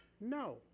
no